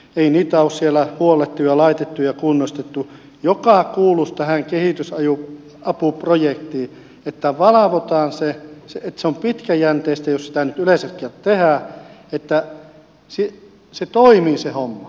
ei niitä ole siellä huollettu ja laitettu ja kunnostettu mikä kuuluisi tähän kehitysapuprojektiin että valvotaan että se on pitkäjänteistä jos sitä nyt yleensäkään tehdään että toimii se homma